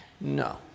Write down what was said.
No